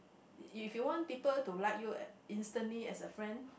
if you want people to like you instantly as a friend